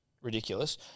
Ridiculous